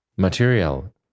Material